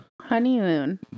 honeymoon